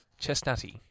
Chestnutty